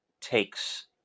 takes